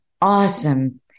awesome